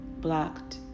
Blocked